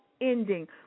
ending